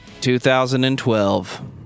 2012